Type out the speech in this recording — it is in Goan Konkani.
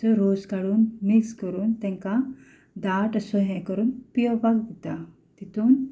हाचो रोस काडून मिक्स करून तेंकां दाट असो हें करून पियेवपाक दिता तितून